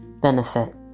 benefit